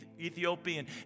Ethiopian